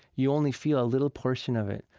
you only feel a little portion of it.